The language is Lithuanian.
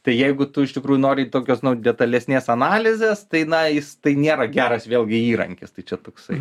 tai jeigu tu iš tikrųjų nori tokios detalesnės analizės tai na jis tai nėra geras vėlgi įrankis tai čia toksai